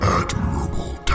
admirable